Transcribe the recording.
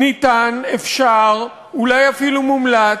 אפשר, אולי אפילו מומלץ,